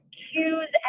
cues